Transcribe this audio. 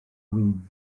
win